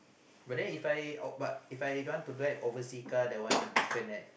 but then If I but If I don't want to drive oversea car that one different right